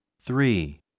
three